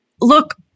look